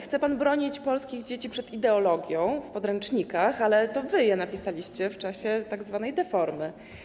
Chce pan bronić polskie dzieci przed ideologią w podręcznikach, ale to wy je napisaliście w czasie tzw. deformy.